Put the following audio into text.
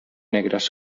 negres